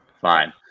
fine